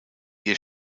ihr